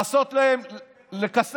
לעשות להם את